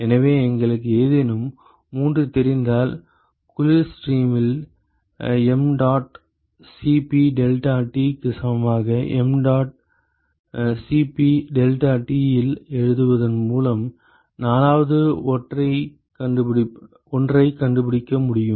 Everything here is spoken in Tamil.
எனவே எங்களுக்கு ஏதேனும் 3 தெரிந்தால் குளிர் ஸ்ட்ரீமில் mdot Cp deltaT க்கு சமமாக mdot Cp deltaT இல் எழுதுவதன் மூலம் 4வது ஒன்றைக் கண்டுபிடிக்க முடியும்